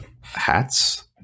hats